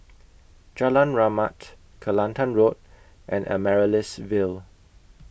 Jalan Rahmat Kelantan Road and Amaryllis Ville